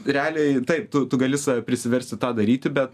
realiai taip tu tu gali save prisiversti tą daryti bet